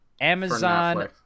Amazon